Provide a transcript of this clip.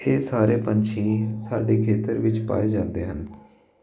ਇਹ ਸਾਰੇ ਪੰਛੀ ਸਾਡੇ ਖੇਤਰ ਵਿੱਚ ਪਾਏ ਜਾਂਦੇ ਹਨ